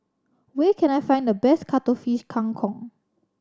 where can I find the best Cuttlefish Kang Kong